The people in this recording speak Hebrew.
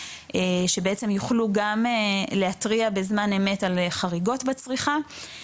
שבעצם יוכלו גם להתריע בזמן אמת על חריגות בצריכה,